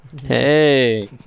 Hey